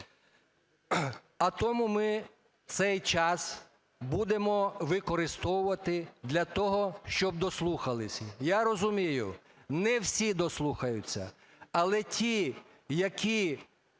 А тому ми цей час будемо використовувати для того, щоб дослухалися. Я розумію, не всі дослухаються. Але ті, які